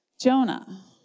Jonah